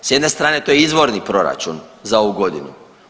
S jedne strane to je izvorni proračun za ovu godinu.